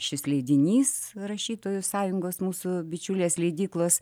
šis leidinys rašytojų sąjungos mūsų bičiulės leidyklos